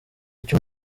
icyo